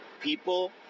People